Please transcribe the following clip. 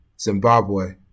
Zimbabwe